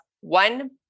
one